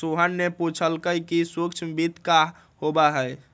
सोहन ने पूछल कई कि सूक्ष्म वित्त का होबा हई?